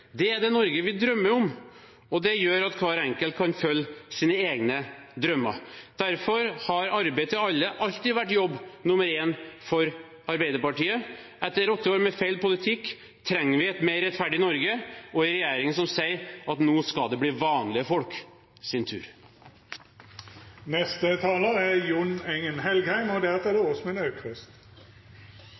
Det er det Norge vi drømmer om, og det gjør at hver enkelt kan følge sine egne drømmer. Derfor har arbeid til alle alltid vært jobb nummer én for Arbeiderpartiet. Etter åtte år med feil politikk trenger vi et mer rettferdig Norge og en regjering som sier at det nå skal bli vanlige folks tur. Kunnskap er helt avgjørende for politikere når vi skal gjøre gode valg, og